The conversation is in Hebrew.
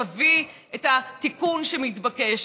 תביא את התיקון שמתבקש.